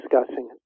discussing